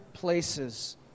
places